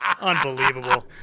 Unbelievable